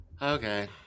Okay